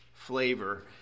flavor